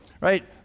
right